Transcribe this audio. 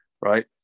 Right